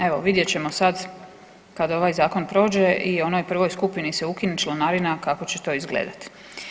Evo vidjet ćemo sad kad ovaj zakon prođe i onoj prvoj skupini se ukine članarina kako će to izgledati.